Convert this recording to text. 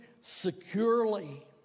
securely